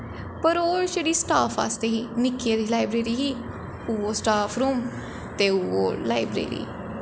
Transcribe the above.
पर ओह् छड़ी स्टाफ आस्तै ही निक्की हारी लाईब्रेरी ही उ'ऐ स्टाफ रूम ते उ'ऐ लाईब्रेरी